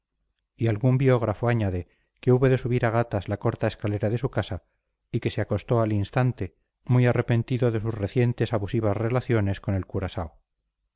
y algún biógrafo añade que hubo de subir a gatas la corta escalera de su casa y que se acostó al instante muy arrepentido de sus recientes abusivas relaciones con el curaao